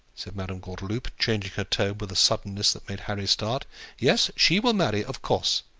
said madame gordeloup, changing her tone with a suddenness that made harry start yes, she will marry of course.